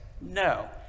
No